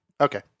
Okay